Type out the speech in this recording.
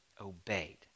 obeyed